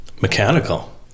mechanical